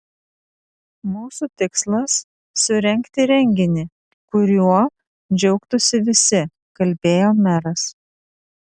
mūsų tikslas surengti renginį kuriuo džiaugtųsi visi kalbėjo meras